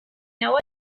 know